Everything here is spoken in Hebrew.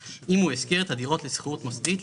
אם הוא יציע איזה מחיר שכירות שהוא הרבה יותר ממחיר השוק,